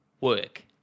work